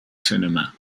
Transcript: cinema